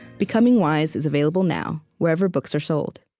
becoming wise is available now wherever books are sold